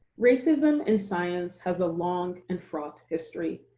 racism in science has a long and fraught history.